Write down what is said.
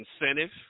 incentive